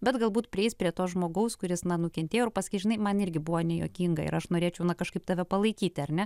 bet galbūt prieis prie to žmogaus kuris na nukentėjo paskui žinai man irgi buvo nejuokinga ir aš norėčiau na kažkaip tave palaikyti ar ne